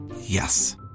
Yes